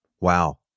Wow